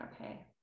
okay